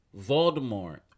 Voldemort